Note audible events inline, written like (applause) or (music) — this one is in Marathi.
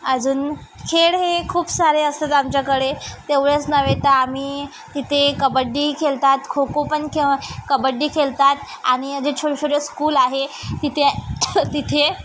अजून खेळ हे खूप सारे असतात आमच्याकडे तेवढंच नव्हे तर आम्ही इथे कबड्डी खेळतात खो खो पण (unintelligible) कबड्डी खेळतात आणि जे छोटेछोटे स्कूल आहे तिथे तिथे